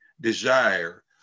desire